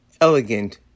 elegant